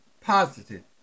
positive